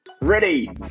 Ready